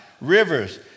Rivers